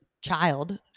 child